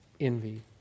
Envy